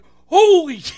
holy